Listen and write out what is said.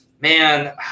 man